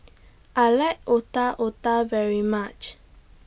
I like Otak Otak very much